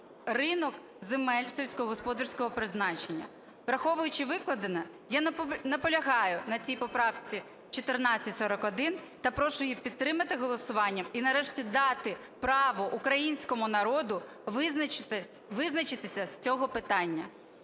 ринок земель сільськогосподарського призначення. Враховуючи викладене, я наполягаю на цій поправці 1441 та прошу її підтримати голосуванням і нарешті дати право українському народу визначитися з цього питання.